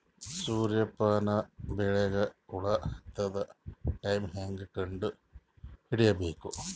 ಸೂರ್ಯ ಪಾನ ಬೆಳಿಗ ಹುಳ ಹತ್ತೊ ಟೈಮ ಹೇಂಗ ಕಂಡ ಹಿಡಿಯಬೇಕು?